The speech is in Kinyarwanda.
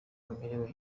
amerewe